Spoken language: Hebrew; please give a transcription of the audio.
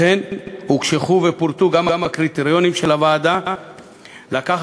לכן הוקשחו ופורטו גם הקריטריונים שעל הוועדה לקחת